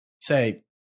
say